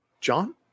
John